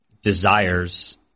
desires